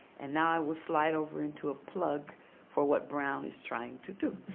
and i will slide over into a plug for what brown is trying to do.